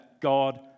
God